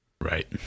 right